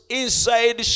inside